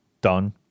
done